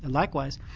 likewise,